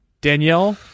Danielle